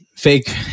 fake